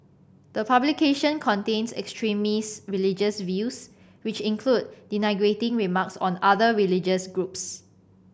the publications contain extremist religious views which include denigrating remarks on other religious groups